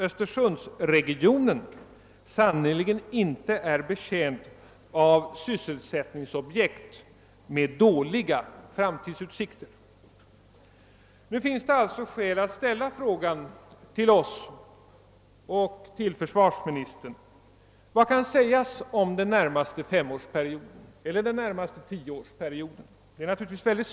Östersundsregionen är sannerligen inte betjänt av sysselsättningsobjekt med dåliga framtidsutsikter. Det finns alltså skäl att ställa frågan till försvarsministern: Vad kan sägas om utvecklingen under den närmaste femårsperioden eller tioårsperioden?